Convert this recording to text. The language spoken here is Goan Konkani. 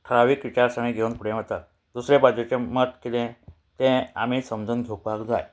ठरावीक विचारी घेवन फुडें वतात दुसरे बाजूचे मत कितें तें आमी समजून घेवपाक जाय